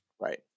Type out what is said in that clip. Right